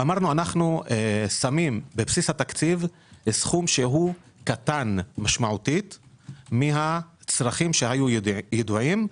אמרנו שאנחנו שמים בבסיס התקציב סכום קטן משמעותית מהצרכים שהיו ידועים.